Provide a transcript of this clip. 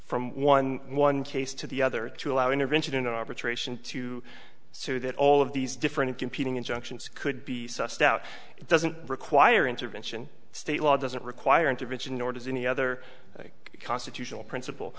from one one case to the other to allow intervention in arbitration to say that all of these different competing injunctions could be sussed out doesn't require intervention state law doesn't require intervention nor does any other constitutional principle